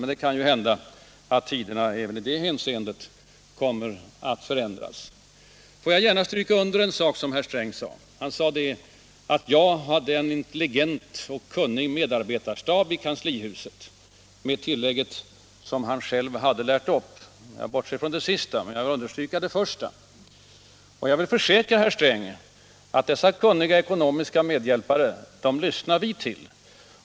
Men det kan ju hända att tiderna även i det hänseendet kommer att förändras. Jag vill gärna stryka under en sak som herr Sträng sade. Han framhöll att jag har en intelligent och kunnig medarbetarstab i kanslihuset och han gjorde tillägget: som jag själv har lärt upp. Jag bortser från det sista men jag vill understryka det första. Jag vill försäkra herr Sträng att dessa kunniga ekonomiska medhjälpare lyssnar vi till.